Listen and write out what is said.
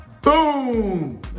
Boom